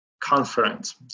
conference